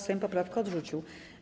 Sejm poprawkę odrzucił.